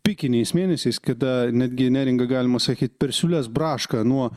pikiniais mėnesiais kada netgi neringa galima sakyt per siūles braška nuo